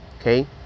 okay